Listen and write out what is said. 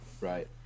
Right